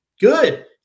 good